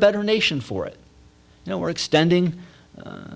better nation for it you know we're extending